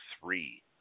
three